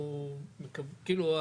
כאילו,